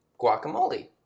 guacamole